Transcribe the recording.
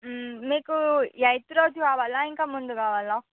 మీకు ఎయిత్ రోజు కావాలా ఇంకా ముందు కావాలా